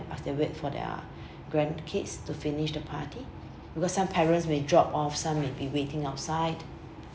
whilst they wait for their grandkids to finish the party because some parents may drop off some may be waiting outside